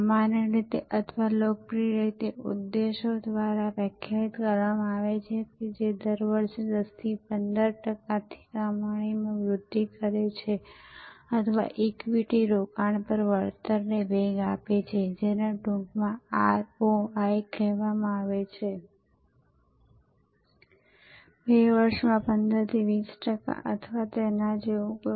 સામાન્ય રીતે અથવા લોકપ્રિય રીતે ઉદ્દેશ્યો આ રીતે વ્યાખ્યાયિત કરવામાં આવે છે જે દર વર્ષે 10 થી 15 ટકાથી કમાણીમાં વૃદ્ધિ કરે છે અથવા ઇક્વિટી રોકાણ પર વળતરને વેગ આપે છે જેને ટૂંકમાં ROI કહેવામાં આવે છે 2 વર્ષમાં 15 થી 20 ટકા અથવા તેના જેવું કંઈક